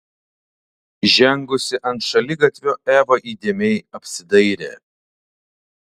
žengusi ant šaligatvio eva įdėmiai apsidairė